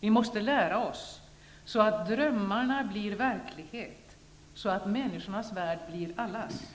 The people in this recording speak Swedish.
Vi måste lära oss så att drömmarna blir verklighet så att människornas värld blir allas